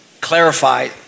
clarify